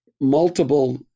multiple